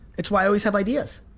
it's why i always have ideas.